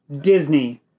Disney